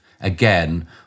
again